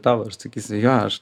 tavo aš sakysiu jo aš